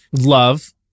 love